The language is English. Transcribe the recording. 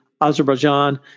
Azerbaijan